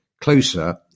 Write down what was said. closer